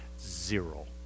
zero